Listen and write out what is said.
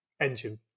engine